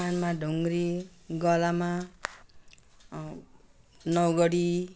कानमा ढुङ्ग्री गलामा नौ गेडी